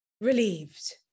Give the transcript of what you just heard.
relieved